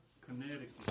Connecticut